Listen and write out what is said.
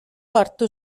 hartu